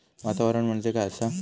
वातावरण म्हणजे काय असा?